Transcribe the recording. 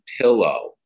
pillow